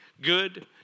good